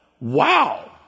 Wow